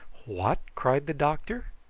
what? cried the doctor.